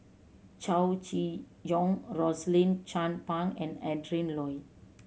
Chow Chee Yong Rosaline Chan Pang and Adrin Loi